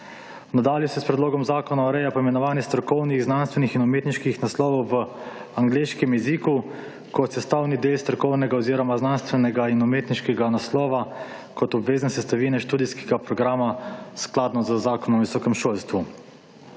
Nadalje se s predlogom zakona ureja poimenovanje strokovnih, znanstvenih in umetniških naslovov v angleškem jeziku kot sestavni del strokovnega oziroma znanstvenega in umetniškega naslova kot obvezne sestavine študijskega programa skladno z zakonom o visokem šolstvu.